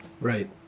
Right